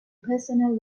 personal